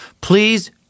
please